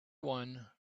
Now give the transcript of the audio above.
one